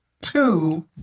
Two